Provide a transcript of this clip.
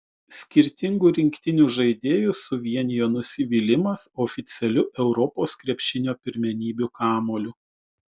skirtingų rinktinių žaidėjus suvienijo nusivylimas oficialiu europos krepšinio pirmenybių kamuoliu